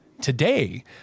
today